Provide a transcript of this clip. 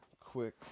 Quick